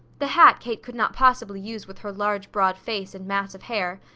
the hat kate could not possibly use with her large, broad face and mass of hair,